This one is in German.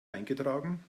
eingetragen